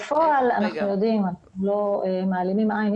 לא מעלימים עין,